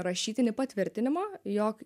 rašytinį patvirtinimą jog